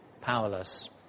powerless